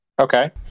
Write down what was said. Okay